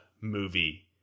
movie